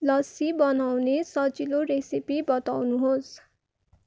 लस्सी बनाउने सजिलो रेसिपी बताउनुहोस्